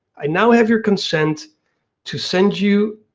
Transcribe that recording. i now have your consent to send you